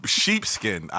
sheepskin